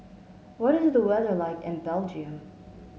what is the weather like in Belgium